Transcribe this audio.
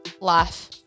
Life